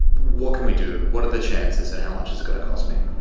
what can we do? what are the chances and how much is it going to cost me?